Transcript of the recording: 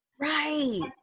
Right